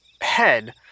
Head